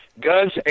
Guns